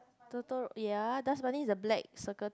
Totoro ya dust bunny is the black circle